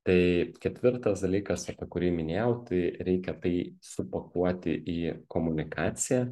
tai ketvirtas dalykas apie kurį minėjau tai reikia tai supakuoti į komunikaciją